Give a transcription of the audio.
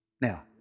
Now